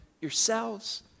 yourselves